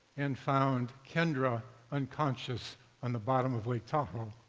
and found kendra unconscious on the bottom of lake tahoe.